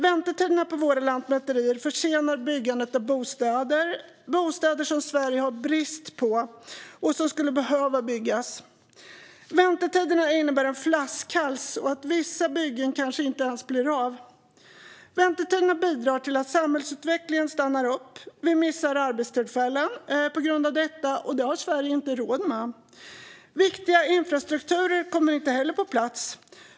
Väntetiderna på våra lantmäterier försenar byggandet av bostäder - bostäder som Sverige har brist på och som skulle behöva byggas. Väntetiderna innebär en flaskhals och att vissa byggen kanske inte ens blir av. Väntetiderna bidrar till att samhällsutvecklingen stannar upp. Vi missar arbetstillfällen på grund av detta, och det har Sverige inte råd med. Viktiga infrastrukturer kommer inte heller på plats.